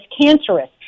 cancerous